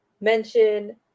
mention